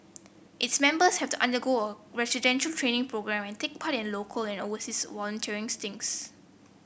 its members have to undergo residential training program and take part in local and overseas volunteering stints